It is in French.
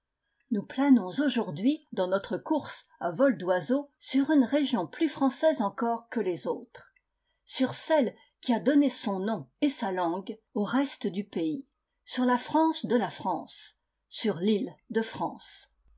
nous planons aujourd'hui dans notre course à vol d'oiseau sur une région plus française encore que les autres sur celle qui a donné son nom et sa langue au reste du pays sur la france de la france sur l'ile de france